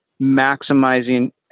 maximizing